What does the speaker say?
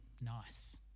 nice